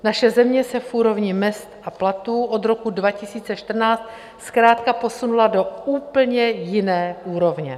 Naše země se v úrovni mezd a platů od roku 2014 zkrátka posunula do úplně jiné úrovně.